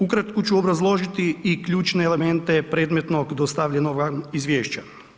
Ukratko ću obrazložiti i ključne elemente predmetnog dostavljenog vam izvješća.